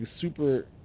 super